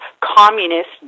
communist